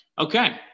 Okay